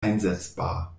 einsetzbar